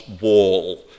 wall